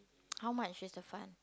how much is the fund